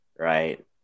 Right